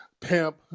pimp